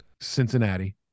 cincinnati